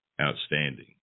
outstanding